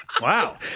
Wow